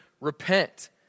repent